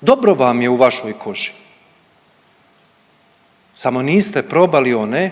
Dobro vam je u vašoj koži, samo niste probali one